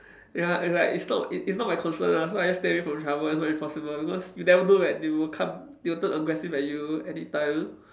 ya it's like it's not it it's not my concern lah so I just stay from trouble as much as possible because you never know that they will come they will turn aggressive at you any time